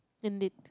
indeed